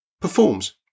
performs